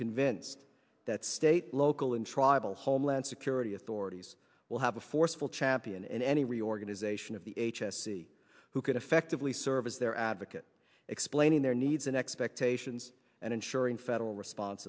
convinced that state local and tribal homeland security authorities we'll have a forceful champion any reorganization of the h s c who could effectively serve as their advocate explaining their needs and expectations and ensuring federal response